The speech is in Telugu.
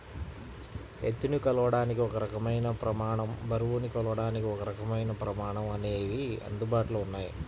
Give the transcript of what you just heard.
ఎత్తుని కొలవడానికి ఒక రకమైన ప్రమాణం, బరువుని కొలవడానికి ఒకరకమైన ప్రమాణం అనేవి అందుబాటులో ఉన్నాయి